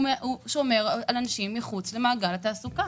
זה שומר על הנשים מחוץ למעגל התעסוקה.